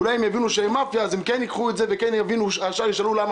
אולי הם יבינו שהם מאפיה וישר ישאלו למה